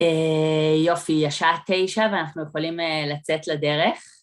אה... יופי, השעה תשע ואנחנו יכולים אה.. לצאת לדרך.